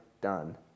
done